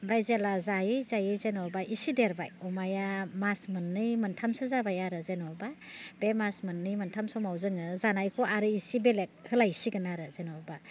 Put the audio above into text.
ओमफ्राय जेला जायै जायै जेनेबा एसे देरबाय अमाया मास मोननै मोनथामसो जाबाय आरो जेनेबा बे मास मोननै मोनथाम समाव जोङो जानायखौ आरो एसे बेलेग होलायसिगोन आरो जेनेबा